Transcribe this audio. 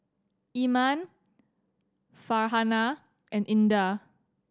Iman Farhanah and Indah